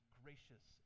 gracious